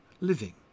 living